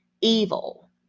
evil